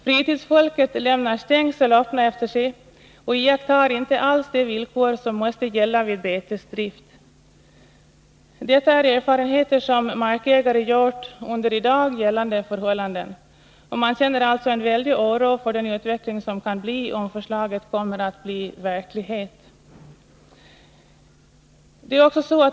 Fritidsfolket lämnar stängsel öppna efter sig och iakttar inte alls de villkor som måste gälla vid betesdrift. Detta är erfarenheter som markägare gjort under i dag gällande förhållanden, och man känner alltså en stor oro för den utveckling som kan bli en följd, om förslaget genomförs.